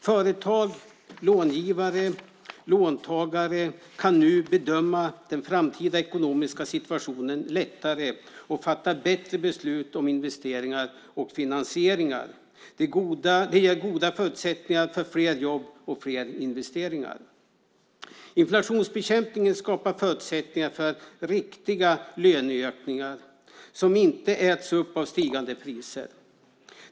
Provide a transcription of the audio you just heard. Företag, långivare och låntagare kan nu bedöma den framtida ekonomiska situationen lättare och fatta bättre beslut om investeringar och finansieringar. Det ger goda förutsättningar för fler jobb och fler investeringar. Inflationsbekämpningen skapar förutsättningar för riktiga löneökningar som inte äts upp av stigande priser.